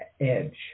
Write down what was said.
edge